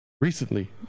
recently